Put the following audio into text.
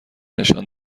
نشان